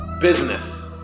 Business